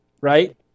right